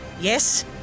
Yes